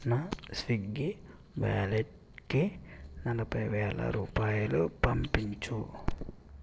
నా స్విగ్గీ వ్యాలెట్కి నలభైవేల రూపాయలు పంపించు